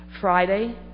friday